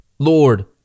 Lord